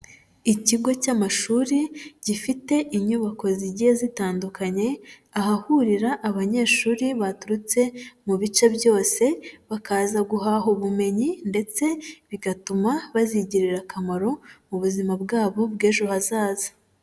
Ikigo cy'amashuri gifite inyubako zigiye zitandukanye, ahahurira abanyeshuri baturutse mu bice byose bakaza guhaha ubumenyi ndetse bigatuma bazigirira akamaro mu buzima bwabo bw'ejo hazaza.